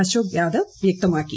അശോക് യാദവ് വ്യക്തമാക്കി